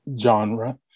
genre